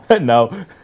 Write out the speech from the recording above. No